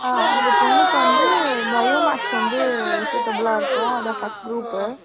ஆ உங்கள் பொண்ணுக்கு வந்து பயோ மேக்ஸ் வந்து சூட்டபிளா இருக்கும் அதான் ஃபர்ஸ்ட் குரூப்பு